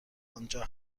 آنجا